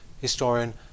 historian